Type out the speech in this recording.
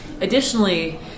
Additionally